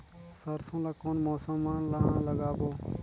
सरसो ला कोन मौसम मा लागबो?